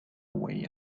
way